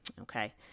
okay